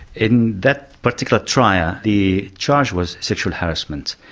in that particular trial, the charge was sexual harassment.